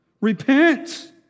Repent